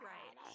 Right